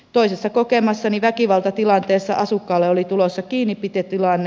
toisessa kokemassani väkivaltatilanteessa asukkaalle oli tulossa kiinnipitotilanne